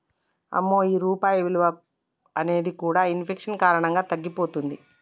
అమ్మో ఈ రూపాయి విలువ అనేది కూడా ఇన్ఫెక్షన్ కారణంగా తగ్గిపోతుంది